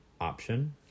option